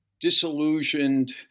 disillusioned